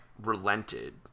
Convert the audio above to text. relented